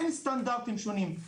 אין סטנדרטים שונים.